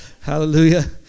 Hallelujah